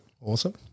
Awesome